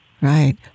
Right